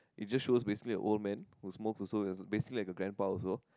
it just shows basically an old man who smokes also it was basically like a grandpa also